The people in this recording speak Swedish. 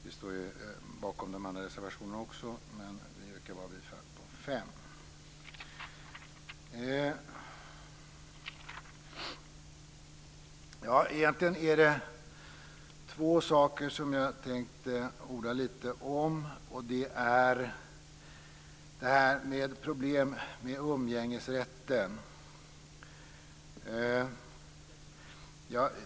Vi står bakom också de andra reservationerna, men vi yrkar bifall bara till reservation 5. Egentligen är det två saker som jag tänkte orda lite om. Det är gäller problem med umgängesrätten.